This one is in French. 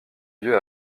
lieu